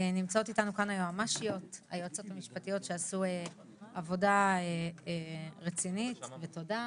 נמצאות איתנו כאן היועצות המשפטיות שעשו עבודה רצינית ותודה,